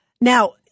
Now